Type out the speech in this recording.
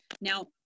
now